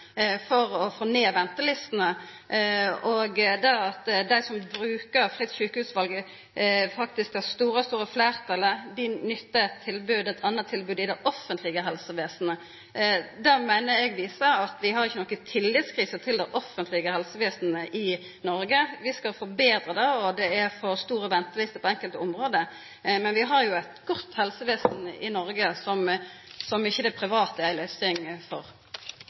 for å få ned ventelistene. Det at dei som brukar ordninga med fritt sjukehusval – faktisk det store, store fleirtalet – nyttar eit anna tilbod i det offentlege helsevesenet, meiner eg viser at vi ikkje har noka tillitskrise i det offentlege helsevesenet i Noreg. Vi skal forbetra det, og det er for lange ventelister på enkelte område, men vi har jo eit godt helsevesen i Noreg som ikkje det private elles stengjer for. Replikkordskiftet er